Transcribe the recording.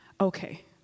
okay